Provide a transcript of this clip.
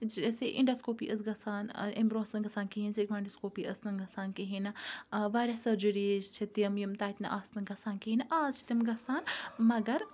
جیسے اِنڈوسکوپی ٲس گَژھان امہِ برونٛہہ ٲس نہٕ گَژھان کِہیٖنۍ سیٚگمنڈٕسکوپی ٲس نہٕ گَژھان کِہینۍ نہٕ واریاہ سرجِریٖز چھِ تِم یِم نہٕ تَتہِ نہٕ آسنہٕ گَژھان کِہینۍ نہٕ آز چھِ تِم گَژھان مَگَر